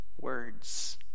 words